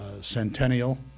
centennial